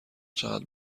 چقدر